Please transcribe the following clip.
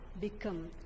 become